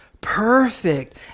perfect